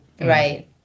Right